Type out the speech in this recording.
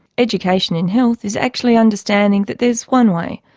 education in health is actually understanding that there's one way,